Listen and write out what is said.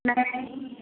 नहीं